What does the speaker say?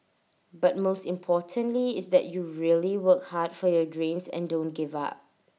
but most importantly is that you really work hard for your dreams and don't give up